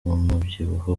umubyibuho